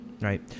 Right